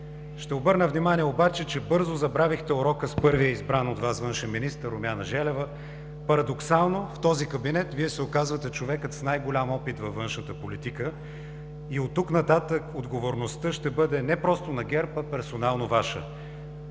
Ще обърна внимание обаче, че бързо забравихте урока с първия избран от Вас външен министър Румяна Желева. Парадоксално в този кабинет Вие се оказвате човекът с най-голям опит във външната политика и оттук нататък отговорността ще бъде не просто на ГЕРБ, а персонално Ваша.